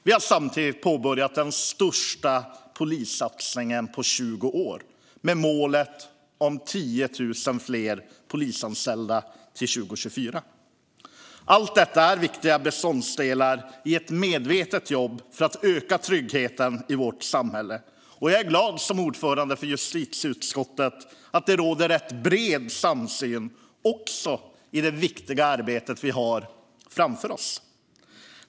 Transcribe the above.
Vi har samtidigt påbörjat den största polissatsningen på 20 år med målet om 10 000 fler polisanställda till 2024. Allt detta är viktiga beståndsdelar i ett medvetet jobb för att öka tryggheten i vårt samhälle, och jag är som ordförande i justitieutskottet glad för att det råder rätt bred samsyn också i det viktiga arbete vi har framför oss.